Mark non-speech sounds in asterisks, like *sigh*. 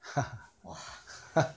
*laughs*